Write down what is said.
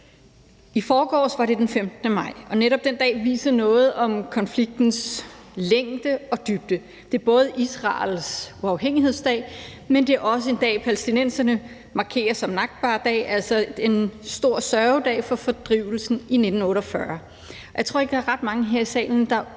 I forgårs var det den 15. maj, og netop den dag viser noget om konfliktens længde og dybde. Det er både Israels uafhængighedsdag, men også en dag, palæstinenserne markerer som al-nakba , altså en stor sørgedag for fordrivelsen i 1948. Jeg tror ikke, at der er ret mange her i salen, der